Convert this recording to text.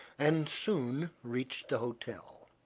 and soon reached the hotel.